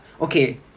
Okay